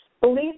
Believe